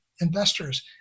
investors